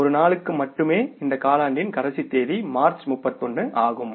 ஒரு நாளுக்கு மட்டுமே இந்த காலாண்டின் கடைசி தேதி மார்ச் 31 ஆகும்